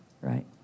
right